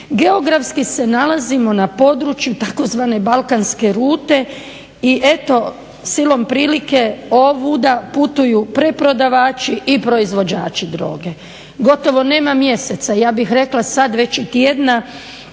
Geografski se nalazimo na području tzv. balkanske rute i eto silom prilike ovuda putuju preprodavači i proizvođači droge. Gotovo nema mjeseca, ja bih rekla sad već i tjedna,